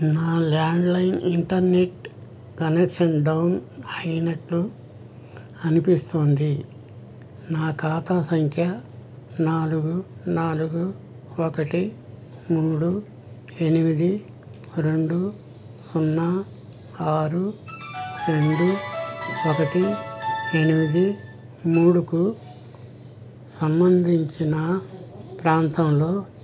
నా landline internet connection down అయినట్లు అనిపిస్తోంది నా ఖాతా సంఖ్య నాలుగు నాలుగు ఒకటి మూడు ఎనిమిది రెండు సున్నా ఆరు రెండు ఒకటి ఎనిమిది మూడుకు సంబంధించిన ప్రాంతంలో